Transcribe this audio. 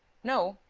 no,